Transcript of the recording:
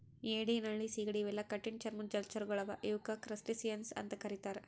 ಏಡಿ ನಳ್ಳಿ ಸೀಗಡಿ ಇವೆಲ್ಲಾ ಕಠಿಣ್ ಚರ್ಮದ್ದ್ ಜಲಚರಗೊಳ್ ಅವಾ ಇವಕ್ಕ್ ಕ್ರಸ್ಟಸಿಯನ್ಸ್ ಅಂತಾ ಕರಿತಾರ್